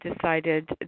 decided